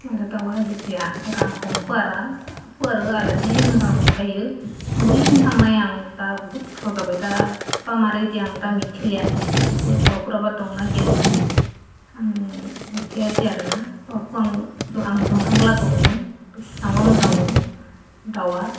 आरो दाउहा जेब्ला गांखं फुवारो आंलाय जि मोजां नुखायो उन्दैयावनो थांनाय आं दा बहुद बोसोर जाबाय दाबा मारै दं आं दा मिथिलिया बेफोर दाउफोराबा दंना गैया जि आं मिथियासै आरोना सिगां आं ज' थांब्ला दंमोन बेसाेबांबा मोजांमोन दाउआ